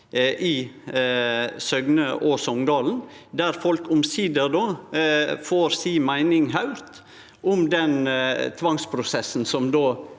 i Søgne og Songdalen, der folk omsider får si meining høyrt om den tvangsprosessen som